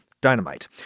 Dynamite